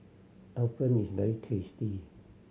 appam is very tasty